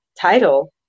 title